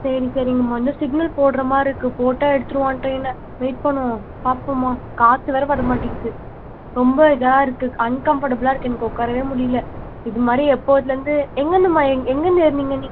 சரி சரிங்கமா இதோ சிக்னல் போடுகிற மாதிரி இருக்குது போட்டால் எடுத்துடுவான் ட்ரெயினை வெயிட் பண்ணுவோம் பார்ப்போம்மா காற்று வேறு வர மாட்டேங்குது ரொம்ப இதுவாக இருக்குது அன்கம்ஃபர்டபுளாக இருக்குது எனக்கு உட்காரவே முடியல இது மாதிரி எப்போத்திலருந்து எங்கே இருந்து மா எங்கே இருந்து ஏறினீங்க நீங்கள்